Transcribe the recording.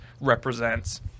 represents